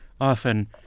often